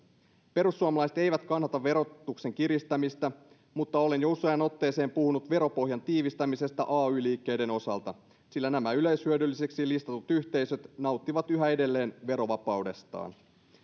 perussuomalaiset eivät kannata verotuksen kiristämistä mutta olen jo useaan otteeseen puhunut veropohjan tiivistämisestä ay liikkeiden osalta sillä nämä yleishyödyllisiksi listatut yhteisöt nauttivat yhä edelleen verovapaudestaan